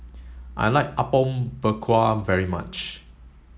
I like Apom Berkuah very much